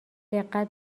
دقت